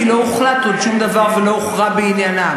לא הוחלט עוד שום דבר ולא הוכרע בעניינם.